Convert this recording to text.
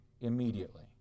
immediately